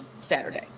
Saturday